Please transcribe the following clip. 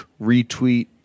retweet